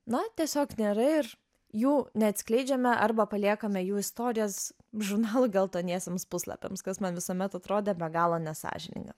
na tiesiog nėra ir jų neatskleidžiame arba paliekame jų istorijas žurnalo geltoniesiems puslapiams kas man visuomet atrodė be galo nesąžininga